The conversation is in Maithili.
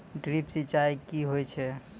ड्रिप सिंचाई कि होय छै?